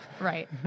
Right